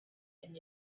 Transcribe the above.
and